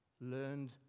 learned